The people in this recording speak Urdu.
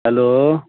ہیلو